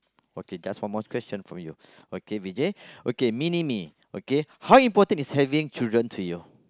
okay just one more question for you okay Vijay okay mini me okay how important is having children to you